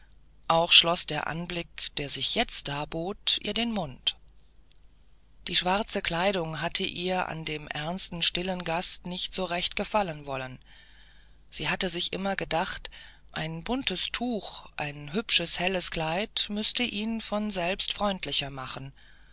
auch schloß der anblick der sich jetzt darbot ihr den mund die schwarze kleidung hatte ihr an dem ernsten stillen gast nicht so recht gefallen wollen sie hatte sich immer gedacht ein buntes tuch ein hübsches helles kleid müßten ihn von selbst freundlicher machen